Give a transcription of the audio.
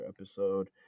episode